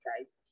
guys